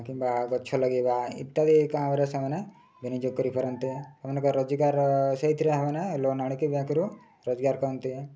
କିମ୍ବା ଗଛ ଲଗାଇବା ଇତ୍ୟାଦି କାମରେ ସେମାନେ ବିନିଯୋଗ କରିପାରନ୍ତେ ସେମାନଙ୍କର ରୋଜଗାର ସେଥିରେ ସେମାନେ ଲୋନ୍ ଆଣିକି ବ୍ୟାଙ୍କ୍ରୁ ରୋଜଗାର କରନ୍ତି